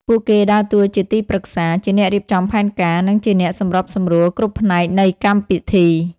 ពួកគេដើរតួជាទីប្រឹក្សា ជាអ្នករៀបចំផែនការ និងជាអ្នកសម្របសម្រួលគ្រប់ផ្នែកនៃកម្មពិធី។